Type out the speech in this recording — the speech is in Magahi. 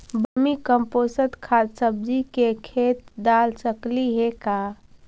वर्मी कमपोसत खाद सब्जी के खेत दाल सकली हे का?